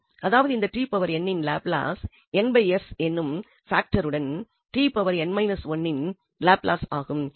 அதாவது இந்த இன் லாப்லஸ் எனும் பாக்டருடன் இன் லாப்லஸ் ஆகும்